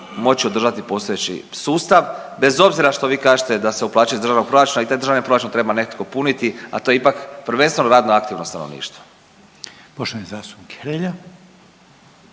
moći održati postojeći sustav bez obzira što vi kažete da se uplaćuje iz državnog proračuna. I taj državni proračun treba netko puniti, a to je ipak prvenstveno radno aktivno stanovništvo. **Reiner, Željko